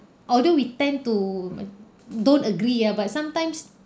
although we tend to don't agree ah but sometimes